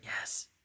Yes